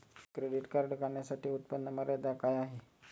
Credit card काढण्यासाठी उत्पन्न मर्यादा काय आहे?